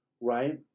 right